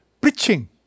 preaching